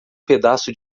pedaço